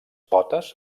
potes